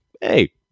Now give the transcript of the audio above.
Hey